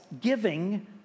giving